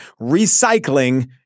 Recycling